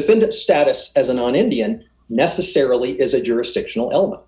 defendant status as an indian necessarily is a jurisdictional element